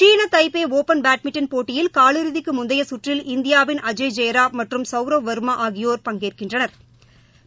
சீன Taipei open badminton போட்டியில் காலிறுதிக்கு முந்தைய கற்றில் இந்தியாவின் அஜய் ஜெயராம் மற்றும் சவுரவ் வாமா ஆகியோா் பங்கேற்கின்றனா்